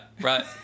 Right